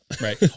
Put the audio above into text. Right